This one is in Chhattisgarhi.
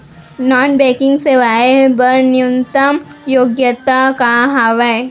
नॉन बैंकिंग सेवाएं बर न्यूनतम योग्यता का हावे?